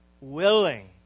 willing